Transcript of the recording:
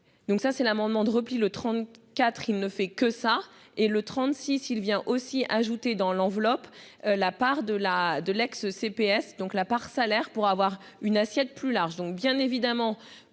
Donc ça c'est l'amendement de repli, le 30 34 il ne fait que ça et le 36 il vient aussi ajouté dans l'enveloppe. La part de la de l'ex-CPS donc la part salaires pour avoir une assiette plus large, donc bien évidemment